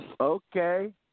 Okay